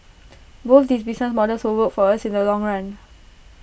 both these business models will work for us in the long run